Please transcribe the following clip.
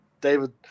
David